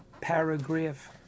paragraph